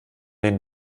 den